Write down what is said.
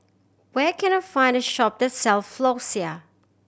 where can I find a shop that sell Floxia